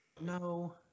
No